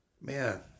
Man